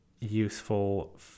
useful